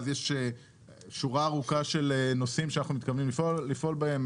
אז יש שורה ארוכה של נושאים שאנחנו מתכוונים לפעול בהם,